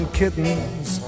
kittens